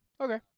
Okay